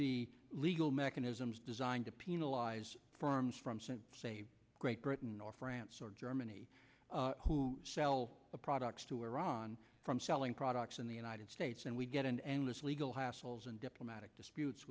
be legal mechanisms designed to penalize farms from great britain or france or germany who shall products to iran from selling products in the united states and we get an endless legal hassles and diplomatic disputes